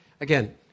Again